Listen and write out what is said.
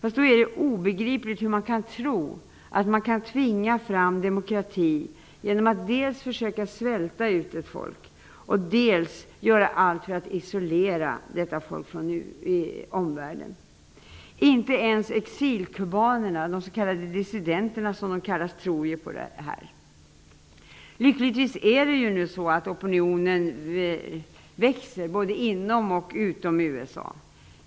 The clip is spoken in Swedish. Det är obegripligt att man kan tro att demokrati kan tvingas fram genom att dels försöka svälta ut ett folk, dels göra allt för att isolera detta folk från omvärlden. Inte ens exilkubanerna, de s.k. dissidenterna, tror på detta. Lyckligtvis växer opinionen både inom och utanför USA.